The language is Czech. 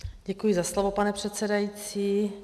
Děkuji za slovo, pane předsedající.